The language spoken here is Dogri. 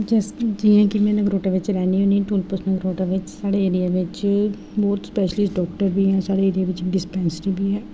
जिस जि'यां कि में नगरोटा बिच्च रैह्न्नी होन्नी आं टोटल्स साढ़े एरिया बिच्च बहुत स्पैशलिस्ट डाक्टर बी हैन साढ़ी डिस्पैंसरिस बी ऐ